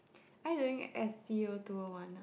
I doing S_T_O two O one ah